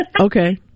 Okay